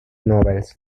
novels